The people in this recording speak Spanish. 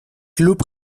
club